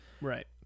Right